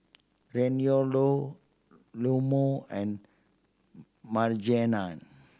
Reynaldo Leoma and Maryjane